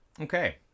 okay